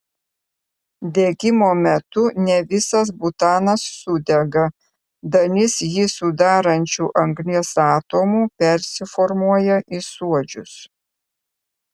degimo metu ne visas butanas sudega dalis jį sudarančių anglies atomų persiformuoja į suodžius